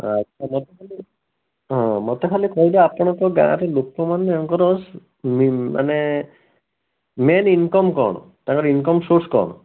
ଆଛା ହଁ ହଁ ମୋତେ ଖାଲି କହିବେ ଆପଣଙ୍କର ଗାଁରେ ଲୋକମାନଙ୍କର ମାନେ ମେନ୍ ଇନକମ୍ କଣ୍ ତାଙ୍କର ଇନକମ୍ ସୋର୍ସ୍ କ'ଣ